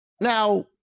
Now